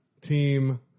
team